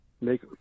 make